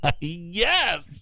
Yes